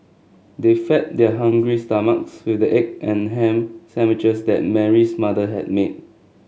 they fed their hungry stomachs with the egg and ham sandwiches that Mary's mother had made